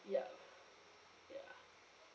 ya ya